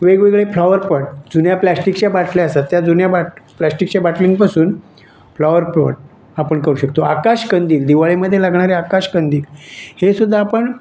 वेगवेगळे flower pot जुन्या प्लास्टिकच्या बाटल्या असतात त्या जुन्या प्ला प्लास्टिकच्या बाटलींपासून फ्लॉवर प्लॉट आपण करू शकतो आकाश कंदील दिवाळीमध्ये लागणारे आकाश कंदील हे सुद्धा आपण